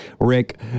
Rick